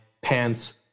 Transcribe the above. pants